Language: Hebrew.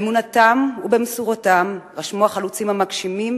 באמונתם ובמסירותם רשמו החלוצים המגשימים